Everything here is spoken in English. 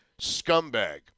scumbag